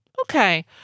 Okay